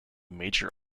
major